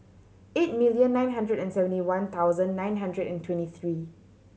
eight million nine hundred and seventy one thousand nine hundred and twenty three